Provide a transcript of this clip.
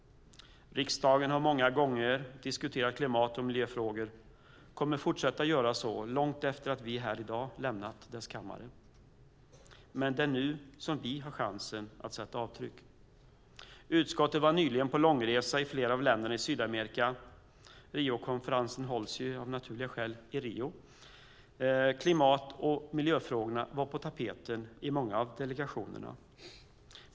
Riksdagen har många gånger diskuterat klimat och miljöfrågor och kommer att fortsätta att göra så, långt efter att vi i dag lämnat dess kammare. Men det är nu som vi har chansen att sätta avtryck. Utskottet var nyligen på långresa i flera av länderna i Sydamerika - Riokonferensen hålls av naturliga skäl i Rio. Klimat och miljöfrågorna var på tapeten i många av delegationerna.